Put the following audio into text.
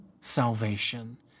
salvation